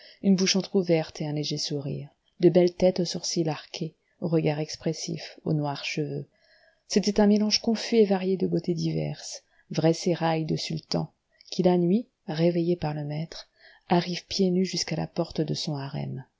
une bouche entr'ouverte et un léger sourire de belles têtes aux sourcils arqués au regard expressif aux noirs cheveux c'était un mélange confus et varié de beautés diverses vrai sérail de sultan qui la nuit réveillé par le maître arrive pieds nus jusqu'à la porte de son